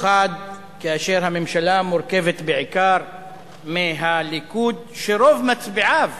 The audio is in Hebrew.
במיוחד כאשר הממשלה מורכבת בעיקר מהליכוד שרוב מצביעיו